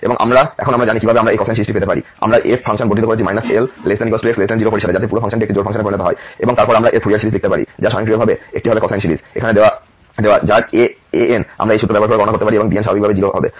এবং এখন আমরা জানি কিভাবে আমরা এই কোসাইন সিরিজটি পেতে পারি আমরা f ফাংশন বর্ধিত করেছি L≤x 0 পরিসরে যাতে পুরো ফাংশনটি একটি জোড় ফাংশনে পরিণত হয় এবং তারপর আমরা এর ফুরিয়ার সিরিজ লিখতে পারি যা স্বয়ংক্রিয়ভাবে একটি হবে কোসাইন সিরিজ এখানে দেওয়া যার ans আমরা এই সূত্র ব্যাবহার করে গণনা করতে পারি এবং bns স্বাভাবিকভাবেই 0 হবে